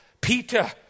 Peter